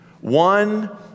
one